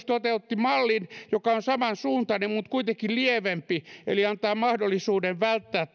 toteutti mallin joka on samansuuntainen mutta kuitenkin lievempi eli antaa mahdollisuuden välttää